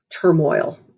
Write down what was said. turmoil